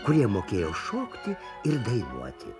kurie mokėjo šokti ir dainuoti